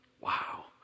wow